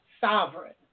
sovereign